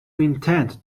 intend